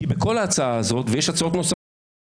כי בכל ההצעה הזאת, ויש הצעות נוספות שהן